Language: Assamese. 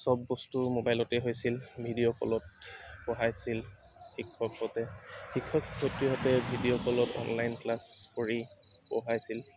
চব বস্তু মবাইলতে হৈছিল ভিডিঅ' কলত পঢ়াইছিল শিক্ষকহঁতে শিক্ষক শিক্ষয়িত্ৰীহঁতে ভিডিঅ' কলত অনলাইন ক্লাছ কৰি পঢ়াইছিল